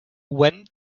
went